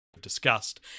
Discussed